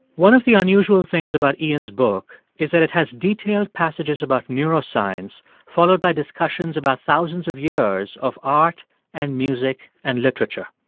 one of the unusual things about iain's book is that it has detailed passages about neuroscience followed by discussions about thousands of years of art and music and literature.